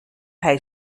hij